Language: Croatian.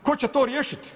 Tko će to riješiti?